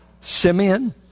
Simeon